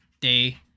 day